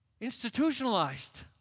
institutionalized